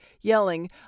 yelling